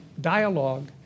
dialogue